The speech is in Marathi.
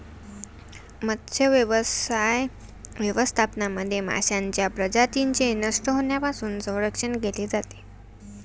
मत्स्यव्यवसाय व्यवस्थापनामध्ये माशांच्या प्रजातींचे नष्ट होण्यापासून संरक्षण केले जाते